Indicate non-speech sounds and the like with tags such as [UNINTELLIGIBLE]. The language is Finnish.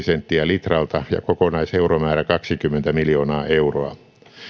[UNINTELLIGIBLE] senttiä litralta ja kokonaiseuromäärä kaksikymmentä miljoonaa euroa